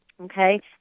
Okay